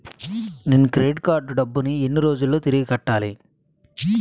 నేను credit card డబ్బును ఎన్ని రోజుల్లో తిరిగి కట్టాలి?